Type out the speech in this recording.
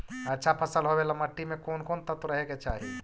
अच्छा फसल होबे ल मट्टी में कोन कोन तत्त्व रहे के चाही?